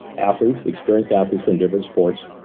athletes, experienced athletes from different sports,